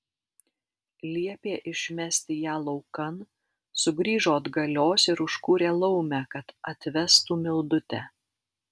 liepė išmesti ją laukan sugrįžo atgalios ir užkūrė laumę kad atvestų mildutę